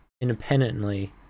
independently